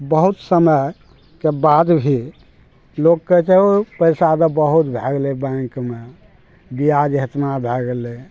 बहुत समय के बाद भी लोक कहै छै ओ पैसा तऽ बहुत भए गेलै बैंकमे ब्याज एतना भए गेलै